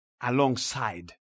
alongside